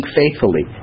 faithfully